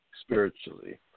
spiritually